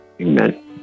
amen